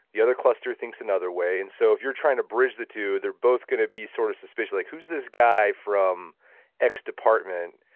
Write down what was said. the other cluster thinks another way and so if you're trying to bridge the two they're both going to be sort of suspicious. like, who's this guy from x department?